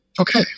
okay